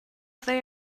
they